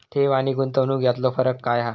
ठेव आनी गुंतवणूक यातलो फरक काय हा?